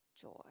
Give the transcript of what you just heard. joy